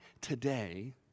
today